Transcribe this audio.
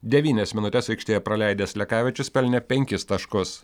devynias minutes aikštėje praleidęs lekavičius pelnė penkis taškus